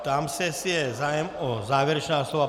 Ptám se, jestli je zájem o závěrečná slova.